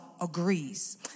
Agrees